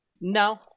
No